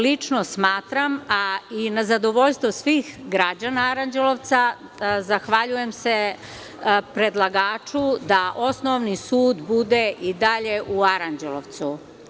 Lično smatram, a i na zadovoljstvo svih građana Aranđelovca, zahvaljujem se predlagaču da Osnovni sud bude i dalje u Aranđelovcu.